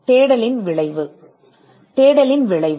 தேடலின் விளைவு